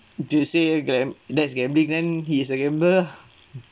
do you say gam~ that's gambling then he is a gambler